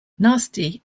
nasty